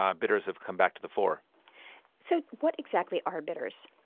um bitters have come back to the fore so what exactly are bitters?